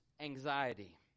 anxiety